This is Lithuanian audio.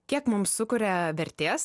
kiek mums sukuria vertės